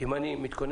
אם אני מתכוון